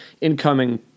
incoming